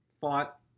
fought